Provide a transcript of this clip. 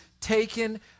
taken